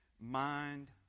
Mind